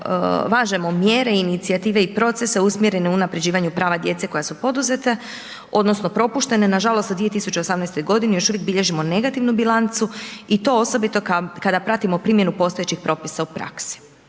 važemo mjere i inicijative i procese usmjerene u unapređivanje prava djece koja su poduzete, odnosno, propuštene. Nažalost u 2018.g. još uvijek bilježimo negativnu bilancu i to osobito kada pratimo primjenu postojećih propisa u praksi.